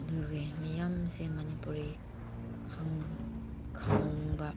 ꯑꯗꯨꯒꯤ ꯃꯤꯌꯥꯝꯁꯦ ꯃꯅꯤꯄꯨꯔꯤ ꯈꯪꯕ